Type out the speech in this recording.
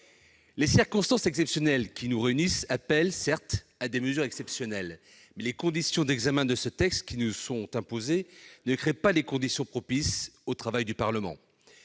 Les circonstances exceptionnelles qui nous réunissent appellent, certes, des mesures exceptionnelles, mais les conditions d'examen qui nous sont imposées pour ce texte ne sont pas propices au travail du Parlement.